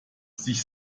sich